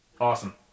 Awesome